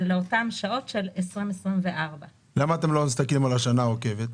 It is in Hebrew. זה לאותן שעות של 2024. למה אתם לא מסתכלים על השנה העוקבת?